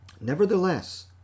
Nevertheless